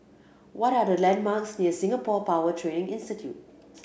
what are the landmarks near Singapore Power Training Institute